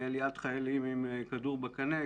עליית חיילים עם כדור בקנה,